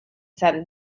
san